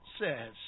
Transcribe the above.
says